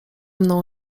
mną